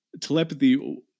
telepathy